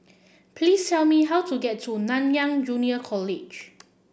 please tell me how to get to Nanyang Junior College